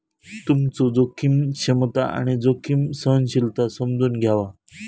तुमचो जोखीम क्षमता आणि जोखीम सहनशीलता समजून घ्यावा